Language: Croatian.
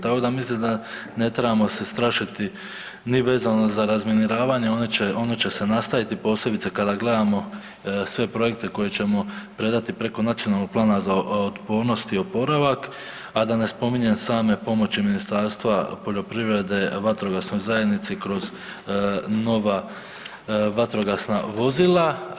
Tako da mislim da ne trebamo se strašiti ni vezano za razminiravanje, ono će se nastaviti posebice kada gledamo sve projekte koje ćemo predati preko nacionalnog plana za otpornost i oporavak, a da ne spominjem same pomoći Ministarstva poljoprivrede vatrogasnoj zajednici kroz nova vatrogasna vozila.